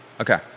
Okay